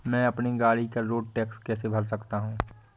मैं अपनी गाड़ी का रोड टैक्स कैसे भर सकता हूँ?